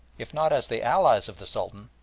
if not as the allies of the sultan,